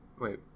Wait